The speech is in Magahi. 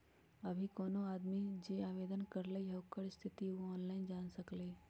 अभी कोनो आदमी जे आवेदन करलई ह ओकर स्थिति उ ऑनलाइन जान सकलई ह